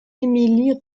émilie